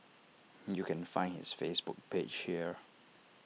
you can find his Facebook page here